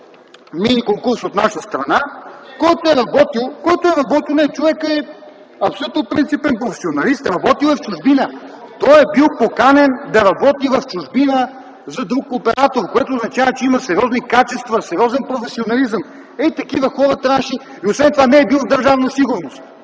миниконкурс, от наша страна, който е работил ... (Реплики от ГЕРБ.) Не, човекът е абсолютно принципен, професионалист, работил е в чужбина. Той е бил поканен да работи в чужбина за друг оператор, което означава, че има сериозни качества, сериозен професионализъм. Ето, такива хора трябват. Освен това не е бил в Държавна сигурност.